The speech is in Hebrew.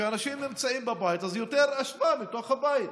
כשאנשים נמצאים בבית אז יש יותר אשפה מתוך הבית,